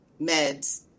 meds